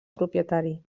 propietari